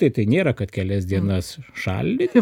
tai tai nėra kad kelias dienas šaldyti